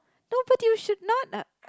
no but you should not uh